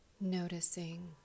noticing